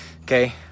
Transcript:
okay